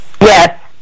Yes